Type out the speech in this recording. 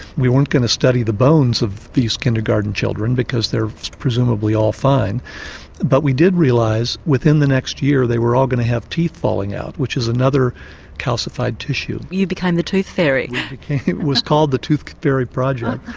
we weren't going to study the bones of these kindergarten children because they are presumably all fine but we did realise within the next year they were all going to have teeth falling out, which is another calcified tissue. you became the tooth fairy. it was called the tooth fairy project,